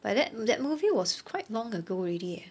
but that that movie was quite long ago already eh